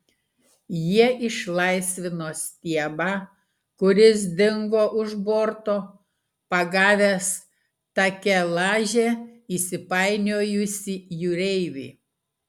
jie išlaisvino stiebą kuris dingo už borto pagavęs takelaže įsipainiojusį jūreivį